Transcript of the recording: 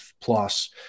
plus